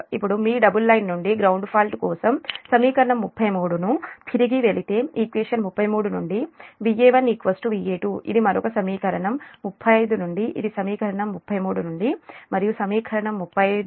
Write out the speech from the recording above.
ఇప్పుడు మీ double line నుండి గ్రౌండ్ ఫాల్ట్ కోసం సమీకరణం 33 కు తిరిగి వెళితే ఈక్వేషన్ 33 నుండి Va1 Va2 ఇది మరొక సమీకరణం 35 నుండి ఇది సమీకరణం 33 నుండి మరియు సమీకరణం 35 నుంచి Va0 Va1 3Zf Ia0 అవుతుంది